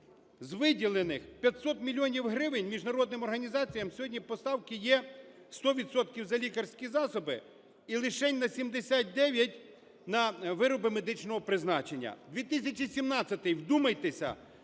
з виділених 500 мільйонів гривень міжнародним організаціям сьогодні поставки є 100 відсотків за лікарські засоби і лишень на 79 на вироби медичного призначення. 2017: вдумайтеся,